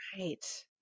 Right